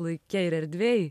laike ir erdvėj